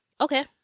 Okay